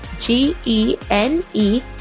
G-E-N-E